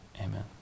Amen